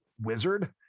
wizard